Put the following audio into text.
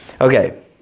Okay